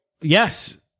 yes